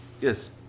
yes